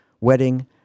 wedding